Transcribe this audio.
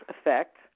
effect